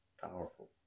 powerful